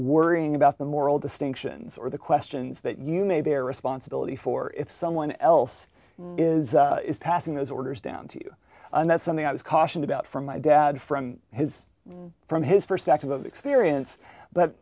worrying about the moral distinctions or the questions that you may bear respond ability for if someone else is passing those orders down to you and that's something i was cautioned about from my dad from his from his perspective of experience but